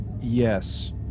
Yes